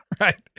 Right